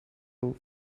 roof